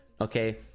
okay